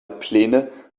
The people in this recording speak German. pläne